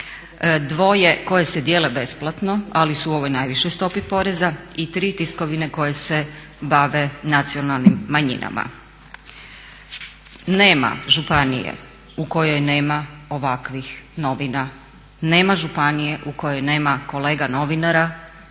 2 koje se dijele besplatno ali su u ovoj najvišoj stopi poreza i 3 tiskovine koje se bave nacionalnim manjinama. Nema županije u kojoj nema ovakvih novina, nema županije u kojoj nema kolega novinara